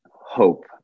hope